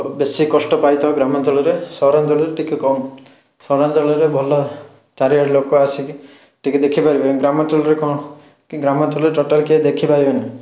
ବେଶୀ କଷ୍ଟ ପାଇଥାଉ ଗ୍ରାମାଞ୍ଚଳରେ ସହରାଞ୍ଚଳରେ ଟିକିଏ କମ୍ ସହରାଞ୍ଚଳରେ ଭଲ ଚାରିଆଡ଼େ ଲୋକ ଆସିକି ଟିକିଏ ଦେଖିପାରିବେ ଗ୍ରାମାଞ୍ଚଳରେ କଣ କି ଗ୍ରାମାଞ୍ଚଳରେ ଟୋଟାଲ୍ କିଏ ଦେଖିପାରିବେନି